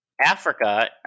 Africa